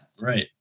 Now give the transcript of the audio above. Right